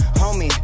homie